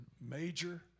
major